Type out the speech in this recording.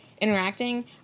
interacting